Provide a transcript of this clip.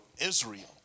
Israel